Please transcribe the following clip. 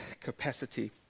Capacity